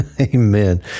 Amen